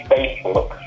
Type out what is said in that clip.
Facebook